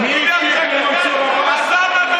מי הבטיח למנסור עבאס?